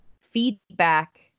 feedback